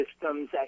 systems